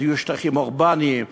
אז היו שטחים אורבניים פתוחים,